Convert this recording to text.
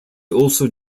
also